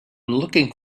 looking